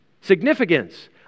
Significance